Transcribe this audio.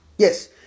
Yes